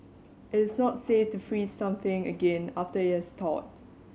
it is not safe to freeze something again after it has thawed